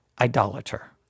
idolater